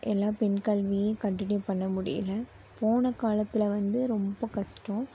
எல்லா பெண் கல்வியும் கன்ட்டினியூ பண்ண முடியலை போன காலத்தில் வந்து ரொம்ப கஷ்டம்